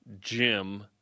Jim